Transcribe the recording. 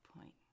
point